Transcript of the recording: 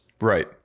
Right